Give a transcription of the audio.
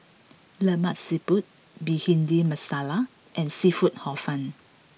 Lemak Siput Bhindi Masala and seafood Hor Fun